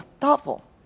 thoughtful